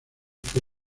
fue